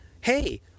hey